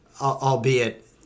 albeit